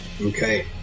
Okay